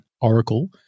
Oracle